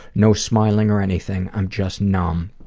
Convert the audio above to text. no smiling or anything. i'm just numb.